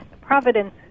Providence